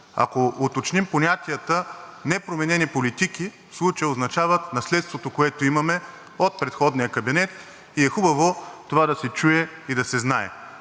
ако уточним понятията, непроменени политики в случая означават наследството, което имаме от предходния кабинет, и е хубаво това да се чуе и да се знае.